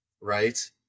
Right